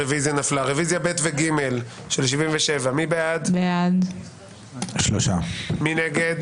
הצבעה בעד, 3 נגד,